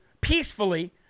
peacefully